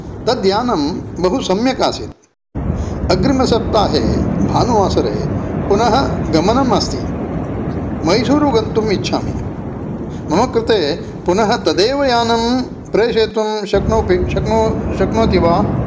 तद् यानं बहु सम्यक् आसीत् अग्रिमसप्ताहे भानुवासरे पुनः गमनम् अस्ति मैसूरु गन्तुम् इच्छामि मम कृते पुनः तदेव यानं प्रेषयितुं शक्नो शक्नो शक्नोति वा